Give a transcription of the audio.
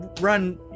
run